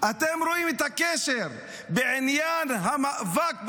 אתם רואים את הקשר בעניין המאבק בפשיעה,